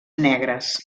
negres